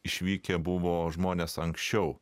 išvykę buvo žmonės anksčiau